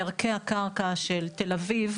בערכי הקרקע של תל אביב,